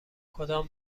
کدام